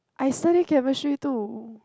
I study chemistry too